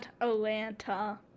Atlanta